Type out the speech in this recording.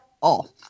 off